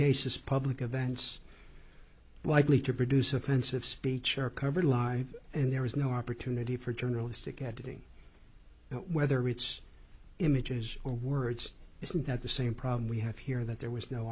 cases public events likely to produce offensive speech or cover to lie and there is no opportunity for journalistic editing whether it's images or words isn't that the same problem we have here that there was no